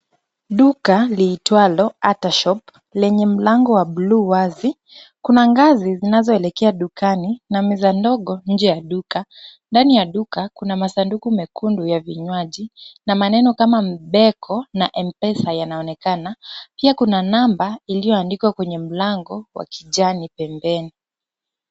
Duka liitwalo Atah shop lenye mlango wa bluu wazi. Kuna ngazi zinazoelekea dukani na meza ndogo nje duka. Ndani ya duka kuna masanduku mekundu ya vinywaji na maneno kama Mbeko na Mpesa yanaonekana. Pia kuna namba iliyoandikwa kwenye mlango wa kijani pembeni.